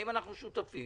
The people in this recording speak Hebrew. אם אנחנו שותפים,